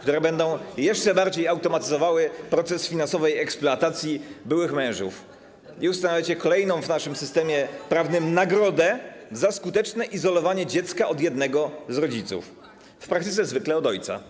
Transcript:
które będą jeszcze bardziej automatyzowały proces finansowej eksploatacji byłych mężów, i ustalacie kolejną w naszym systemie prawnym nagrodę za skuteczne izolowanie dziecka od jednego z rodziców, w praktyce zwykle od ojca.